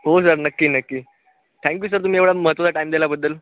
हो सर नक्की नक्की थॅंक्यू सर तुम्ही एवढा महत्त्वाचा टाईम दिल्याबद्दल